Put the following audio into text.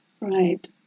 Right